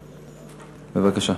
בבקשה.